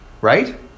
Right